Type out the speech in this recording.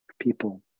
people